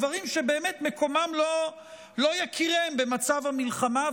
דברים שבאמת מקומם לא יכירם במצב המלחמה.